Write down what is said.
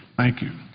thank you.